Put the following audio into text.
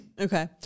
Okay